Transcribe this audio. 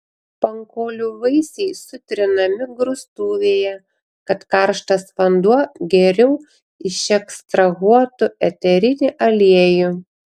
pankolių vaisiai sutrinami grūstuvėje kad karštas vanduo geriau išekstrahuotų eterinį aliejų